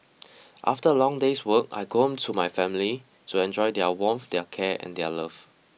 after a long day's work I go home to my family to enjoy their warmth their care and their love